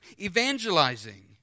evangelizing